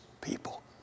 people